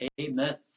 amen